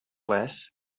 less